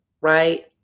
right